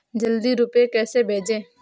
जल्दी रूपए कैसे भेजें?